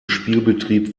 spielbetrieb